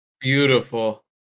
Beautiful